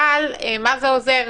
אבל מה זה עוזר,